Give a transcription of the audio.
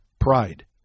pride